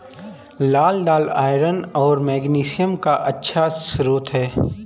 लाल दालआयरन और मैग्नीशियम का अच्छा स्रोत है